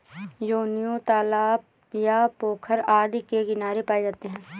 योनियों तालाब या पोखर आदि के किनारे पाए जाते हैं